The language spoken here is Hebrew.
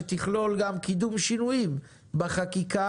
שתכלול גם קידום שינויים בחקיקה,